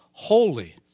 holy